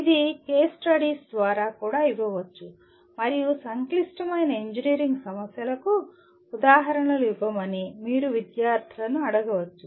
ఇది case studies ద్వారా కూడా ఇవ్వవచ్చు మరియు సంక్లిష్టమైన ఇంజనీరింగ్ సమస్యలకు ఉదాహరణలు ఇవ్వమని మీరు విద్యార్థులను అడగవచ్చు